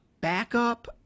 backup